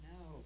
No